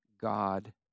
God